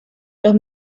los